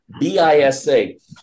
BISA